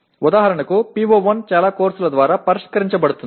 ఉదాహరణకు PO1 చాలా కోర్సుల ద్వారా పరిష్కరించబడుతుంది